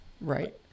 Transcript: Right